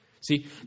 See